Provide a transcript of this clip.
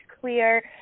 clear